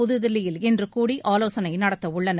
புதுதில்லியில் இன்று கூடி ஆலோசனை நடத்த உள்ளனர்